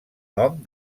nom